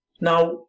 Now